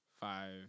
five